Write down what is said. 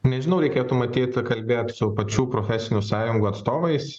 nežinau reikėtų matyt kalbėt su pačių profesinių sąjungų atstovais